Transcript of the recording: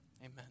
amen